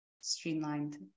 streamlined